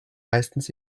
meistens